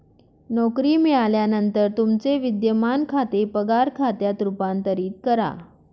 नोकरी मिळाल्यानंतर तुमचे विद्यमान खाते पगार खात्यात रूपांतरित करा